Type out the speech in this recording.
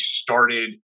started